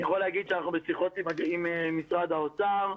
אני יכול להגיד שאנחנו בשיחות עם משרד האוצר.